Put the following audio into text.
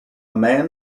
man